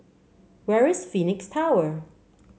where is Phoenix Tower